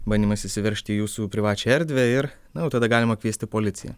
bandymas įsiveržti į jūsų privačią erdvę ir na jau tada galima kviesti policiją